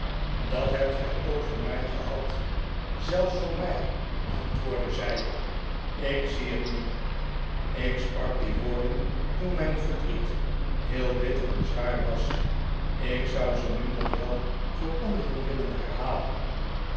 dat hebt gij ook voor mij gehad zelfs voor mij antwoordde zij ik zie het nu ik sprak die woorden toen mijn verdriet heel bitter en zwaar was ik zou ze nu nog wel voor anderen willen herhalen